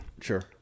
Sure